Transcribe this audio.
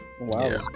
wow